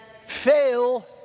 fail